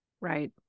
Right